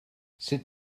sut